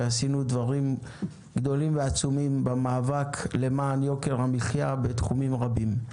ועשינו דברים גדולים במאבק למען יוקר המחיה בתחומים רבים.